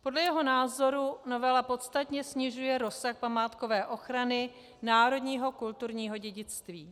Podle jeho názoru novela podstatně snižuje rozsah památkové ochrany národního kulturního dědictví.